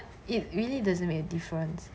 it really doesn't make a difference